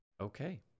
Okay